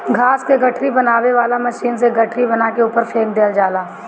घास क गठरी बनावे वाला मशीन से गठरी बना के ऊपर फेंक देहल जाला